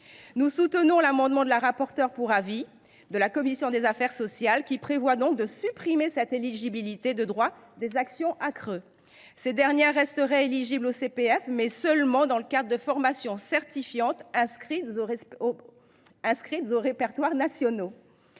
Nous soutenons l’amendement de la rapporteure pour avis de la commission des affaires sociales qui vise à supprimer cette éligibilité de droit des actions Acre. Ces dernières resteraient éligibles au CPF, mais seulement dans le cadre de formations certifiantes inscrites aux répertoires nationaux.